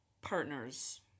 partners